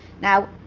Now